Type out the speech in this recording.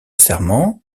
serment